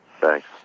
Thanks